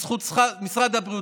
בזכות משרד הבריאות,